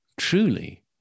Truly